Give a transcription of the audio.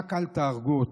רק אל תהרגו אותו.